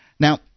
Now